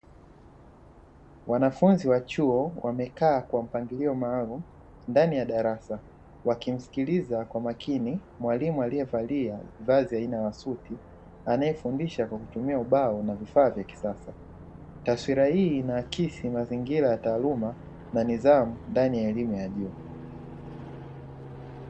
Wanafunzi wa chuo wamekaa kwa mpangilio maalumu ndani ya darasa; wakimsikili kwa makini mwalimu aliyevalia vazi la aina ya suti anayefundisha kwa kutumia ubao na vifaa vya kisasa, taswira hii inaakisi mazingira ya taaluma na nidhamu ndani ya elimu ya juu.